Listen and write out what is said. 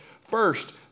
first